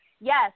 yes